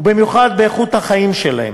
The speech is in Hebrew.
ובמיוחד באיכות החיים שלהם.